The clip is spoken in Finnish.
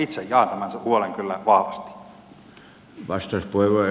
itse jaan tämän huolen kyllä vahvasti